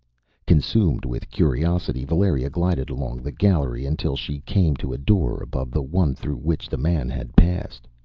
consumed with curiosity, valeria glided along the gallery until she came to a door above the one through which the man had passed.